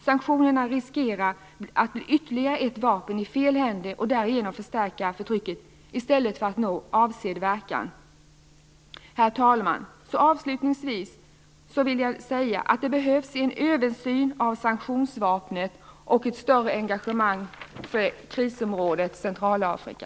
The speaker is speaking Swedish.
Sanktionerna riskerar att bli ytterligare ett vapen i fel händer och därigenom förstärka förtrycket i stället för att nå avsedd verkan. Herr talman! Avslutningsvis vill jag säga att det behövs en översyn av sanktionsvapnet och ett större engagemang för krisområdet Centralafrika.